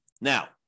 Now